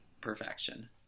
perfection